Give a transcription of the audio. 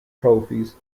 trophies